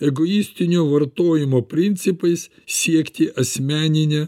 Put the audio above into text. egoistinio vartojimo principais siekti asmenine